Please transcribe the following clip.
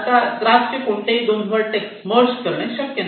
आता ग्राफ चे कोणतेही दोन व्हर्टेक्स मर्ज करणे शक्य नाही